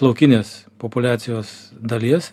laukinės populiacijos dalies